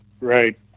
Right